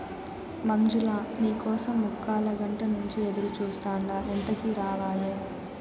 మంజులా, నీ కోసం ముక్కాలగంట నుంచి ఎదురుచూస్తాండా ఎంతకీ రావాయే